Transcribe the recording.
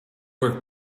work